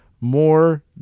more